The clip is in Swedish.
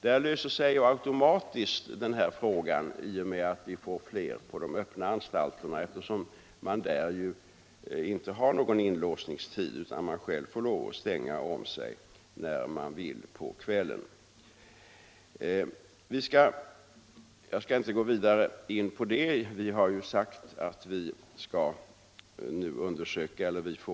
Därför löser sig denna fråga automatiskt i och med att vi får fler intagna på de öppna anstalterna, eftersom där inte förekommer någon inlåsningstid utan man själv får stänga om sig när man vill på kvällen. Jag skall inte gå vidare in på det.